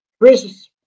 Chris